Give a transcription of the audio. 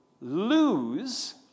lose